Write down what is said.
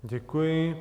Děkuji.